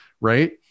Right